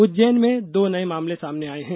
उज्जैन में दो नये मामले सामने आये हैं